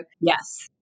Yes